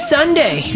Sunday